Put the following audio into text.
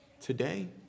today